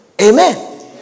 Amen